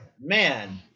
man